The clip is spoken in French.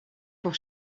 pour